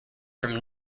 from